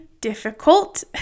difficult